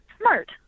smart